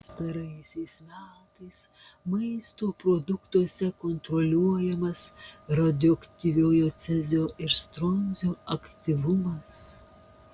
pastaraisiais metais maisto produktuose kontroliuojamas radioaktyviojo cezio ir stroncio aktyvumas